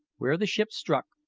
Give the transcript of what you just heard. where the ship struck,